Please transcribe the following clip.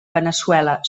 veneçuela